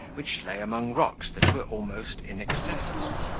which lay among rocks that were almost inaccessible.